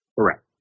Correct